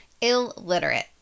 Illiterate